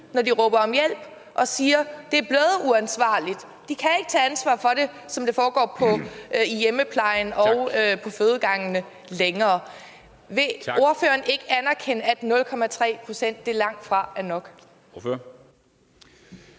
når de råber om hjælp og siger, at det er blevet uansvarligt, og at de ikke længere kan tage ansvar for det, som det foregår i hjemmeplejen og på fødegangene. Vil ordføreren ikke anerkende, at 0,3 pct. langtfra er nok?